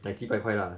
then 几百块 lah